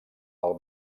del